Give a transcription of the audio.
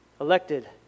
elected